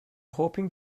hoping